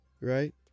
Right